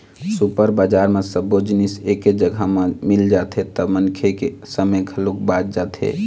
super बजार म सब्बो जिनिस एके जघा म मिल जाथे त मनखे के समे घलोक बाच जाथे